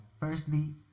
Firstly